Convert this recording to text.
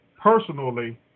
personally